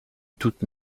toute